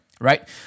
right